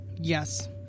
Yes